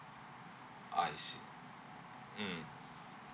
I see mm